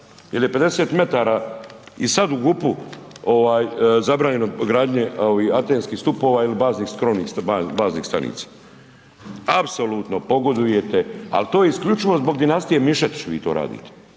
je 50 metara i sad u GUP-u zabranjeno gradnje ovih antenskih stupova ili bazni .../nerazumljivo/... stanica. Apsolutno pogodujete, ali to isključivo zbog dinastije Mišetić vi to radite.